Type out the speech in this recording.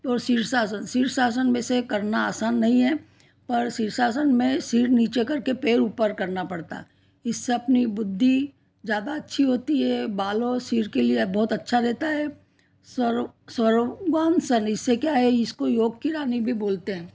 और शीर्षासन शीर्षासन वैसे करना आसान नहीं है पर शीर्षासन में सिर नीचे करके पैर ऊपर करना पड़ता इससे अपनी बुद्धि ज्यादा अच्छी होती है बाल और सिर के लिए बहुत अच्छा रहता है सरो स्वरों वानसन इससे क्या है इसको योग की रानी भी बोलते हैं